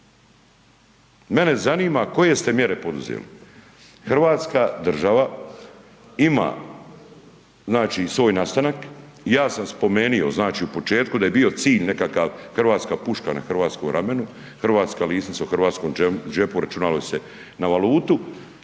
Mene zanima koje ste mjere poduzeli. Hrvatska država ima znači svoj nastanak. Ja sam spomenuo znači u početku da je bio cilj nekada hrvatska puška na hrvatskom ramenu, hrvatska lisnica u hrvatskom džepu računalo se na valutu